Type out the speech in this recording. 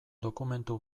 dokumentu